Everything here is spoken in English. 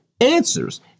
answers